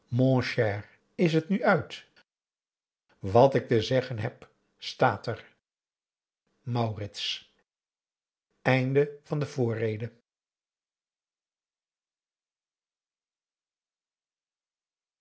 mon cher is het nu uit wat ik te zeggen heb staat er